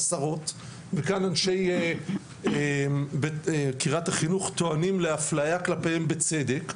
עשרות וכאן אנשי קריית החינוך טוענים לאפליה כלפיהם בצדק,